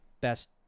best